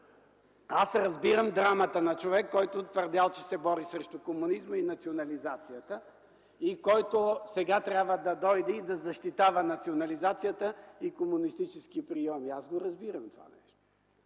Разбирам драмата на човек, който е твърдял, че се бори срещу комунизма и национализацията и който сега трябва да защитава национализацията и комунистически прийоми. Аз го разбирам това нещо.